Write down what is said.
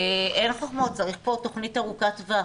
ואין חוכמות, צריך פה תוכנית ארוכת טווח